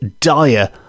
dire